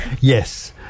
Yes